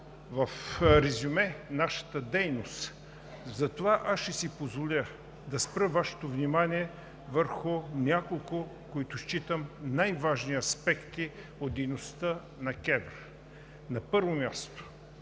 в резюме нашата дейност. Затова аз ще си позволя да спра Вашето внимание върху няколко аспекти, които считам за най важни от дейността на КЕВР. На първо място,